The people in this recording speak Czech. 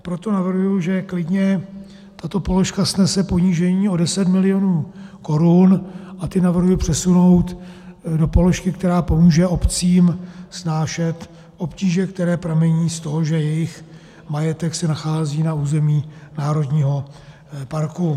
Proto navrhuji, že klidně tato položka snese ponížení o 10 mil. Kč, a ty navrhuji přesunout do položky, která pomůže obcím snášet obtíže, které pramení z toho, že jejich majetek se nachází na území národního parku.